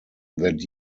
that